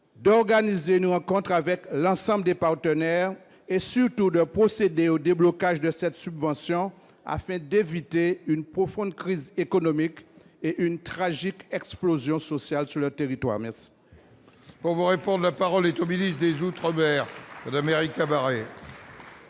d'organiser une rencontre avec l'ensemble des partenaires et, surtout, de procéder au déblocage de cette subvention, afin d'éviter une profonde crise économique et une tragique explosion sociale sur le territoire. La parole est à Mme la ministre des outre-mer. Monsieur